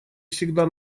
всегда